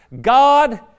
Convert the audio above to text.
God